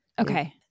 Okay